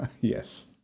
yes